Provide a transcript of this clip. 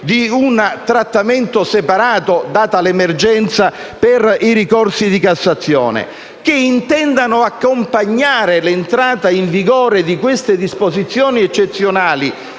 di un trattamento separato, data l'emergenza, per i ricorsi di Cassazione, e si intenda accompagnare l'entrata in vigore di disposizioni eccezionali,